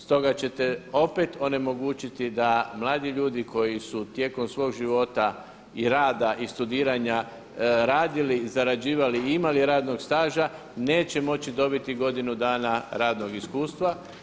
Stoga ćete opet onemogućiti da mladi ljudi koji su tijekom svog života i rada i studiranja radili i zarađivali i imali radnog staža, neće moći dobiti godinu dana radnog iskustva.